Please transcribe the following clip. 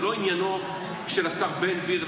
זה לא עניינו של השר בן גביר,